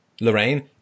Lorraine